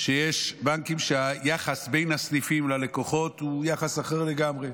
שיש בנקים שבהם היחס בין הסניפים ללקוחות הוא יחס אחר לגמרי.